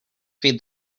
feed